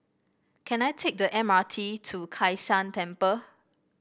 can I take the M R T to Kai San Temple